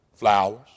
Flowers